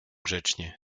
grzecznie